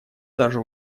даже